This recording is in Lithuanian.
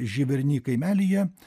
živerni kaimelyje